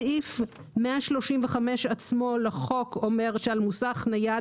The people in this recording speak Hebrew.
סעיף 135 לחוק אומר שעל מוסך נייד,